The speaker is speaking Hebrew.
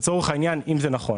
אם זה נכון,